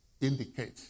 indicate